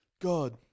God